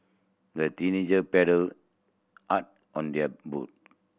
the teenager paddled hard on their boat